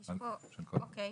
אוקיי,